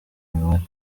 imibare